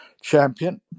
champion